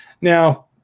Now